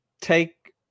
take